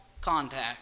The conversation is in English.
contact